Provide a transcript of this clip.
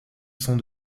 sont